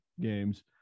games